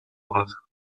braves